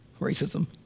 Racism